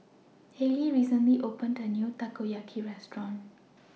Hailie recently opened A New Takoyaki Restaurant